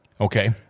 Okay